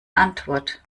antwort